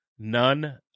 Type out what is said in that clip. None